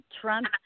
Trump